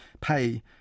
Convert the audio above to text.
pay